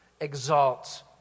exalts